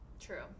true